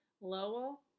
Lowell